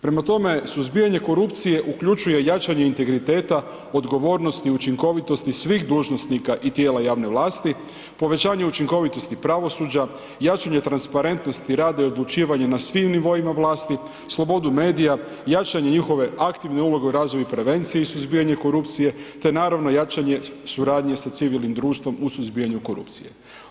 Prema tome, suzbijanje korupcije uključuje jačanje integriteta odgovornosti i učinkovitosti svih dužnosnika i tijela javne vlasti, povećanje učinkovitosti pravosuđa, jačanje transparentnosti rada i odlučivanja na svim nivoima vlasti, slobodu medija, jačanje njihove aktivne uloge u razvoju i prevenciji suzbijanja korupcije te naravno jačanje suradnje sa civilnim društvom u suzbijanju korupcije.